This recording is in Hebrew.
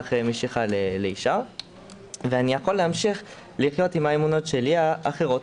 משיכה לאישה ואני יכול להמשיך לחיות עם האמונות שלי האחרות,